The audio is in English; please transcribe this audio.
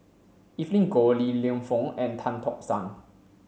Evelyn Goh Li Lienfung and Tan Tock San